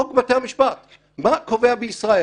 חוק בתי המשפט, מה קובע בישראל?